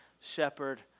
shepherd